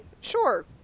sure